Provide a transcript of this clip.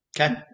Okay